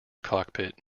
cockpit